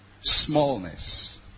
Smallness